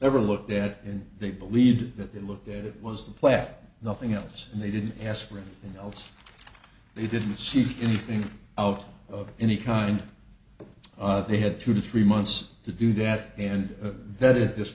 ever looked at and they believed that they looked at it was the plaque nothing else and they didn't ask for anything else they didn't see anything out of any kind they had two three months to do that and that it this